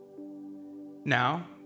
Now